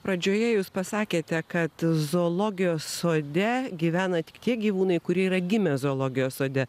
pradžioje jūs pasakėte kad zoologijos sode gyvena tik tie gyvūnai kurie yra gimę zoologijos sode